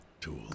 Tool